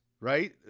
right